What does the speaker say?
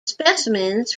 specimens